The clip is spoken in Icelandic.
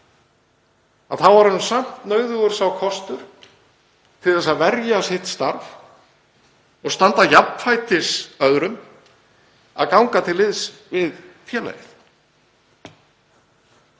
— þá er honum samt nauðugur sá kostur, til að verja sitt starf og standa jafnfætis öðrum, að ganga til liðs við félagið.